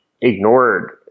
ignored